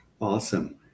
Awesome